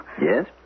Yes